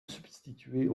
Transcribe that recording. substituer